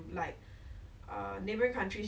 I won't go back lah but